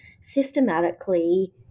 systematically